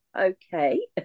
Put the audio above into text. okay